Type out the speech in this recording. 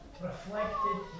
reflected